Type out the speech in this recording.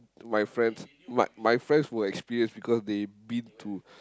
my friends my my friends were experienced because they been to